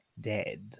dead